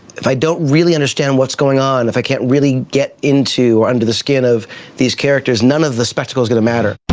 if i don't really understand what's going on, if i can't really get into or under the skin of these characters, none of the spectacle is going to matter.